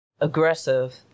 aggressive